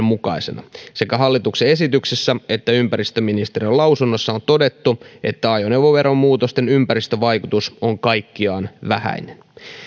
mukaisena sekä hallituksen esityksessä että ympäristöministeriön lausunnossa on todettu että ajoneuvoveron muutosten ympäristövaikutus on kaikkiaan vähäinen